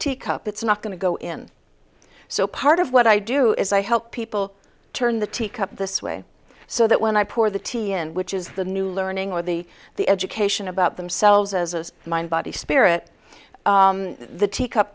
tea cup it's not going to go in so part of what i do is i help people turn the teacup this way so that when i pour the tea in which is the new learning or the the education about themselves as a mind body spirit the teacup